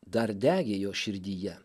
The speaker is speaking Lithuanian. dar degė jo širdyje